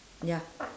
ya